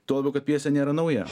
tuo labiau kad pjesė nėra nauja